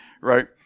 right